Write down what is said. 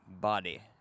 body